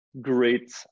great